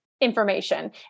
information